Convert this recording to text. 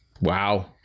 wow